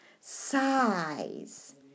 size